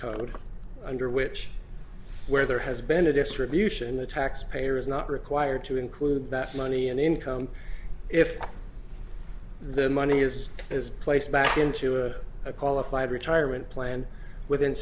code under which where there has been a distribution the tax payer is not required to include that money in income if the money is is placed back into a qualified retirement plan within